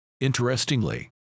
Interestingly